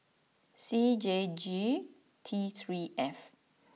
C J G T three F